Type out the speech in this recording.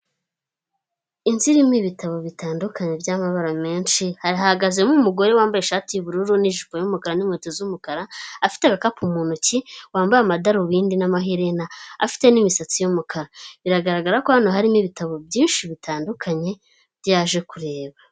Inzu irimo ibitabo bitandukanye by'amabara menshi, hahagazemo umugore wambaye ishati y'ubururu n'ijipo y'umukara n'inkweto z'umukara afite agakapu mu ntoki wambaye amadarubindi n'amaherena afite n'imisatsi y'umukara, biragaragara ko hano harimo ibitabo byinshi bitandukanye byo aje kureba.